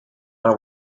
eye